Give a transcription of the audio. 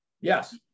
Yes